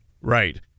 Right